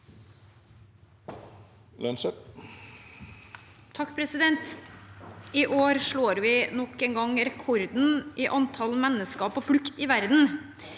Lønseth (H) I år slår vi nok en gang rekorden i antall mennesker på flukt i verden.